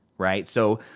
right so,